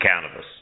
Cannabis